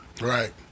Right